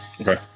Okay